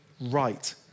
right